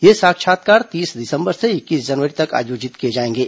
ये साक्षात्कार तीस दिसंबर से इक्कीस जनवरी तक आयोजित किए जाएंगे